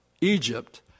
Egypt